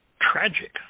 tragic